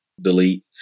Delete